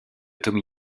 tommy